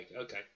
okay